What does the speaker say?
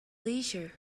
leisure